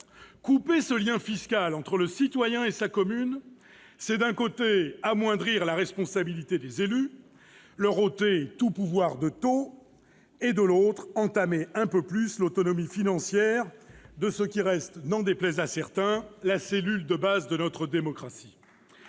Couper ce lien fiscal entre le citoyen et sa commune, c'est d'un côté amoindrir la responsabilité des élus, leur ôter tout pouvoir de taux, et de l'autre entamer un peu plus l'autonomie financière de ce qui reste, n'en déplaise à certains, la cellule de base de notre démocratie.